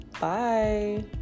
bye